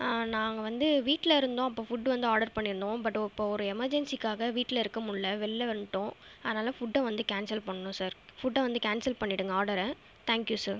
நாங்கள் வந்து வீட்டுலருந்தோம் அப்போது ஃபுட் வந்து ஆர்டர் பண்ணியிருந்தோம் பட் இப்போது ஒரு எமர்ஜென்ஸிக்காக வீட்டுலருக்கமுல்ல வெளில வண்ட்டோம் அதனால ஃபுட்டை வந்து கேன்சல் பண்ணணும் சார் ஃபுட்டை வந்து கேன்சல் பண்ணிடுங்க ஆடரை தேங்க்யூ சார்